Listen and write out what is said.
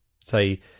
say